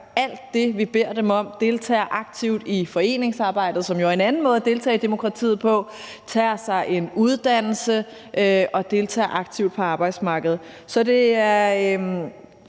alt det, vi beder dem om, deltager aktivt i foreningsarbejde, som jo er en anden måde at deltage i demokratiet på, tager sig en uddannelse og deltager aktivt på arbejdsmarkedet. Så herfra